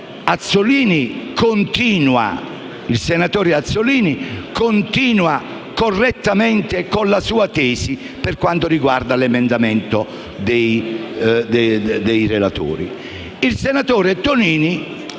di opinioni. Il senatore Azzollini continua, correttamente, con la sua tesi per quanto riguarda l'emendamento dei relatori. Il senatore Tonini